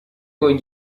con